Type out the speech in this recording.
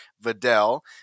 Vidal